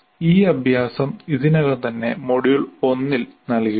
ഈ അഭ്യാസം ഇതിനകം തന്നെ മൊഡ്യൂൾ 1 ൽ നൽകിയിട്ടുണ്ട്